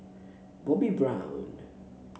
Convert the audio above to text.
Bobbi Brown